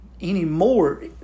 anymore